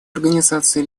организации